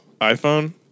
iPhone